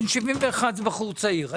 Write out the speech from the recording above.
בן 71 זה בחור צעיר.